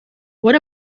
what